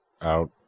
out